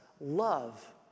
Love